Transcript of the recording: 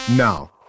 Now